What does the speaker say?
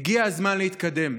הגיע הזמן להתקדם.